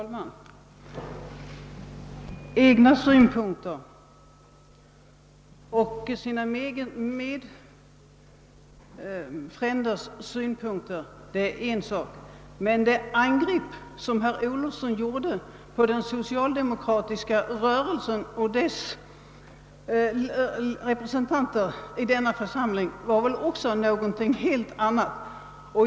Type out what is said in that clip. Herr talman! Egna synpunkter och trosfränders synpunkter är en sak, det angrepp som herr Fridolfsson i Stockholm riktade mot den socialdemokratiska rörelsen och dess representanter i denna församling är en helt annan.